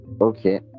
okay